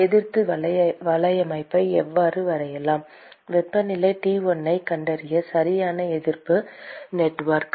எதிர்ப்பு வலையமைப்பை எவ்வாறு வரையலாம் வெப்பநிலை T1 ஐக் கண்டறிய சரியான எதிர்ப்பு நெட்வொர்க்